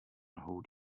nohou